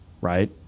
right